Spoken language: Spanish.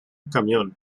camión